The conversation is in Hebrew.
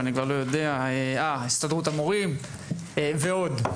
להסתדרות המורים ועוד.